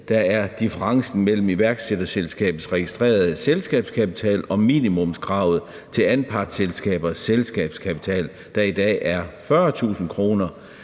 der er differencen mellem iværksætterselskabets registrerede selskabskapital og minimumskravet til anpartsselskabers selskabskapital, der i dag er 40.000 kr.